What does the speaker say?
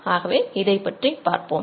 ஆகவே இதைப் பற்றி பார்ப்போம்